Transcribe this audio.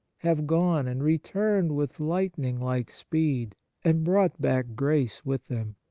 have gone and returned with light ning-like speed and brought back grace with them.